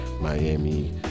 Miami